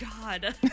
God